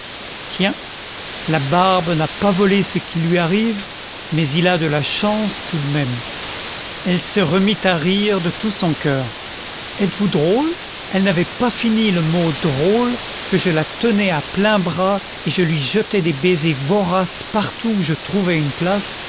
tiens labarbe n'a pas volé ce qui lui arrive mais il a de la chance tout de même elle se remit à rire de tout son coeur êtes-vous drôle elle n'avait pas fini le mot drôle que je la tenais à pleins bras et je lui jetais des baisers voraces partout où je trouvais une place